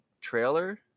trailer